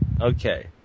Okay